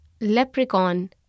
Leprechaun